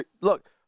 look